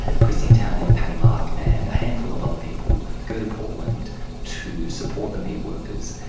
christine townend, patty mark and a handful of other people go to portland to support the meatworkers,